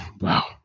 wow